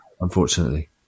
unfortunately